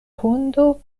hundo